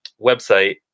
website